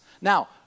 Now